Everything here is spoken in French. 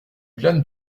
glanes